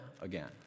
again